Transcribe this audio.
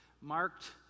marked